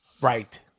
Right